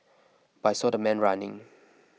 but I saw the man running